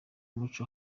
umuco